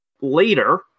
later